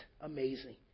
amazing